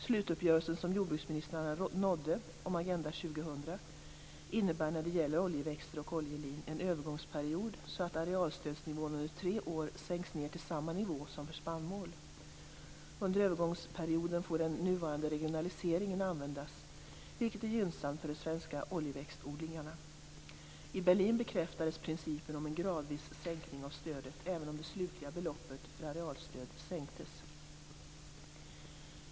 Slutuppgörelsen som jordbruksministrarna nådde om Agenda 2000 innebär när det gäller oljeväxter och oljelin en övergångsperiod så att arealstödsnivån under tre år sänks till samma nivå som för spannmål. Under övergångsperioden får den nuvarande regionaliseringen användas, vilket är gynnsamt för de svenska oljeväxtodlarna. I Berlin bekräftades principen om en gradvis sänkning av stödet även om det slutliga beloppet för arealstöd sänktes.